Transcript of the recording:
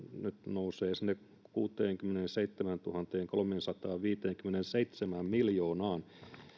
nousee nyt sinne kuuteenkymmeneenseitsemääntuhanteenkolmeensataanviiteenkymmeneenseitsemään miljoonaan